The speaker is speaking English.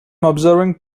observing